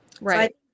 right